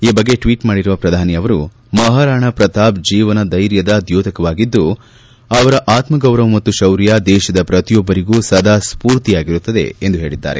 ಈ ಬಗ್ಗೆ ಟ್ವೀಟ್ ಮಾಡಿರುವ ಪ್ರಧಾನಿ ಅವರು ಮಹಾರಾಣ ಪ್ರತಾಪ್ ಜೀವನ ಧೈರ್ಯದ ದ್ಯೋತಕವಾಗಿದ್ದು ಅವರ ಆತ್ಮಗೌರವ ಮತ್ತು ಶೌರ್ಯ ದೇಶದ ಪ್ರತಿಯೊಬ್ಬರಿಗೂ ಸದಾ ಸ್ಫೂರ್ತಿಯಾಗಿರುತ್ತದೆ ಎಂದು ಹೇಳಿದ್ದಾರೆ